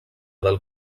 del